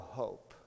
hope